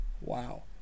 Wow